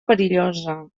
perillosa